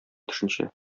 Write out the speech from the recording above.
төшенчә